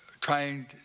trying